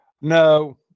No